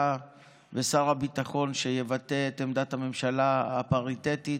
ושר הביטחון שיבטא את עמדת הממשלה הפריטטית,